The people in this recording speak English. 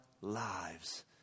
lives